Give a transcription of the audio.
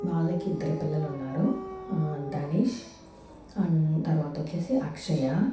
వాళ్ళకి ఇద్దరు పిల్లలున్నారు దణేష్ అండ్ తర్వాత వచ్చేసి అక్షయ